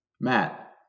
Matt